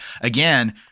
again